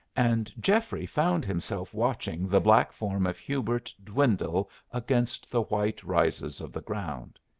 and geoffrey found himself watching the black form of hubert dwindle against the white rises of the ground.